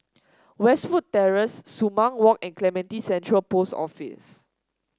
Westwood Terrace Sumang Walk and Clementi Central Post Office